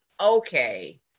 okay